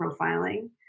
profiling